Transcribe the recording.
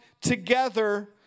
together